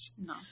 no